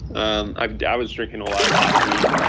and i and was drinking a lot of coffee,